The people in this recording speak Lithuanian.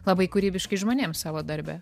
labai kūrybiškais žmonėm savo darbe